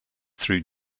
through